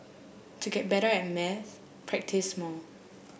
to get better at maths practise more